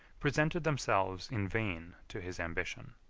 presented themselves in vain to his ambition.